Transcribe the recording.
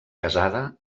casada